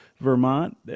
Vermont